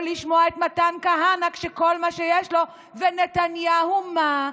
או לשמוע את מתן כהנא, שכל מה שיש לו: ונתניהו מה?